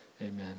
Amen